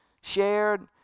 shared